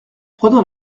prenant